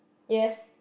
yes